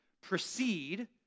proceed